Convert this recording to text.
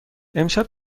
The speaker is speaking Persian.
امشب